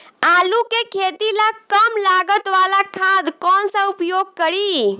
आलू के खेती ला कम लागत वाला खाद कौन सा उपयोग करी?